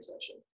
session